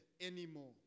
anymore